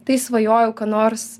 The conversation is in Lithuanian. tai svajoju ką nors